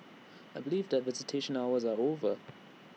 I believe that visitation hours are over